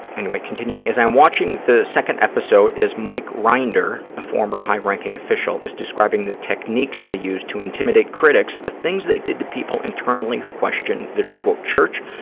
anyway, continuing. as i'm watching the second episode, as mike rinder, a former high-ranking official, is describing the techniques they used to intimidate critics, the things they did to people internally who questioned the, quote, church,